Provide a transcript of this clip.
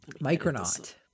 Micronaut